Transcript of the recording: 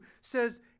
says